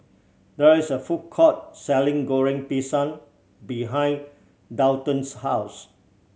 there is a food court selling Goreng Pisang behind Daulton's house